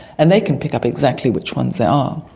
and they can pick up exactly which ones they are,